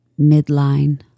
Midline